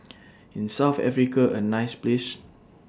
IS South Africa A nice Place